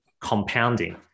compounding